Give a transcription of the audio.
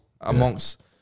amongst